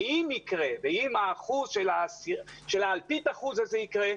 ואם האחוז של אלפית האחוז הזה יקרה,